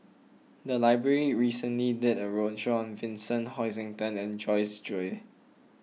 the library recently did a roadshow on Vincent Hoisington and Joyce Jue